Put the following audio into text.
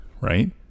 Right